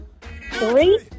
Three